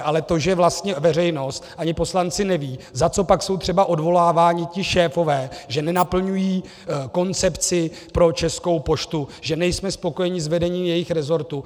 Ale to, že vlastně veřejnost ani poslanci nevědí, za co pak jsou třeba odvoláváni ti šéfové, že nenaplňují koncepci pro Českou poštu, že nejsme spokojeni s vedením jejich rezortu.